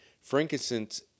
Frankincense